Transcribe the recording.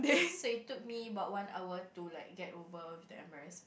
so it took me about one hour to like get over with the embarrass